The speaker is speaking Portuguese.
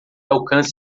alcance